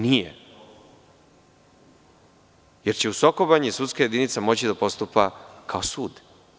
Nije, jer će u Soko Banji sudska jedinica moći da postupa kao sud.